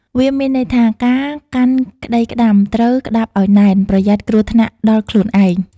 វាមានន័យថា ការកាន់ក្ដីក្ដាំត្រូវក្ដាប់ឲ្យណែន ប្រយ័ត្នគ្រោះថ្នាក់ដល់ខ្លួនឯង ។